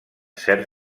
certs